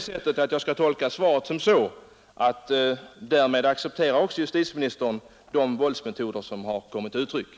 Skall jag tolka svaret så att justitieministern därmed också accepterar de våldsmetoder som har kommit till användning?